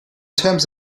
terms